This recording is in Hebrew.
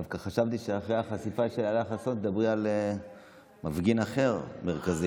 דווקא חשבתי שאחרי החשיפה של אילה חסון תדברי על מפגין מרכזי אחר.